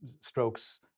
strokes